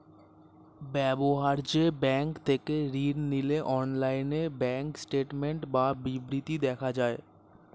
ব্যবহার্য ব্যাঙ্ক থেকে ঋণ নিলে অনলাইনে ব্যাঙ্ক স্টেটমেন্ট বা বিবৃতি দেখা যায়